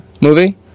movie